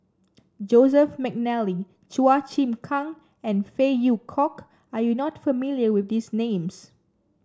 Joseph McNally Chua Chim Kang and Phey Yew Kok are you not familiar with these names